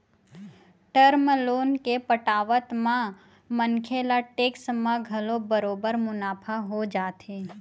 term loan के पटावत म मनखे ल टेक्स म घलो बरोबर मुनाफा हो जाथे